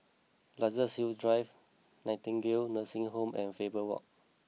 Luxus Hill Drive Nightingale Nursing Home and Faber Walk